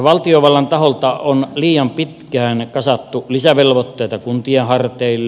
valtiovallan taholta on liian pitkään kasattu lisävelvoitteita kuntien harteille